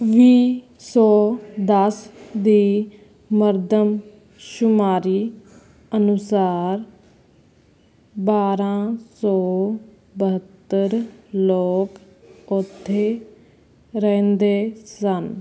ਵੀਹ ਸੌ ਦਸ ਦੀ ਮਰਦਮਸ਼ੁਮਾਰੀ ਅਨੁਸਾਰ ਬਾਰਾਂ ਸੌ ਬਹੱਤਰ ਲੋਕ ਉੱਥੇ ਰਹਿੰਦੇ ਸਨ